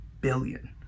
billion